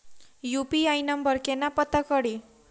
UPI number केना पत्ता कड़ी?